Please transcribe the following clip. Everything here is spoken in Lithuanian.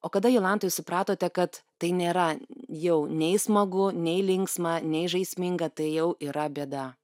o kada jolanta jūs supratote kad tai nėra jau nei smagu nei linksma nei žaisminga tai jau yra bėda